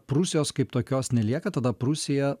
prūsijos kaip tokios nelieka tada prūsija